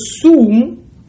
assume